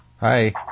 Hi